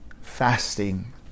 fasting